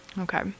Okay